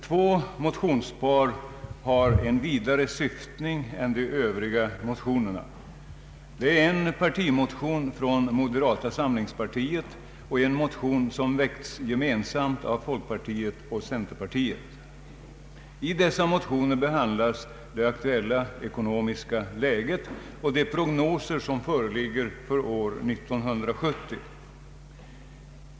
Två motionspar har en vidare syftning än de övriga motionerna. Det ena paret är partimotioner från moderata samlingspartiet, och det andra är motioner som väckts gemensamt av folkpartiet och centerpartiet. I dessa motioner behandlas det aktuella ekonomiska läget och de prognoser som föreligger för 1970.